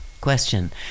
Question